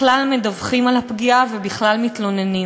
והם בכלל לא מדווחים על הפגיעה ובכלל לא מתלוננים.